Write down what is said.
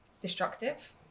destructive